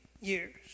years